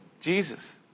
Jesus